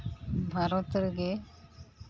ᱵᱷᱟᱨᱚᱛ ᱨᱮᱜᱮ